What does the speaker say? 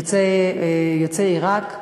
יוצא עיראק,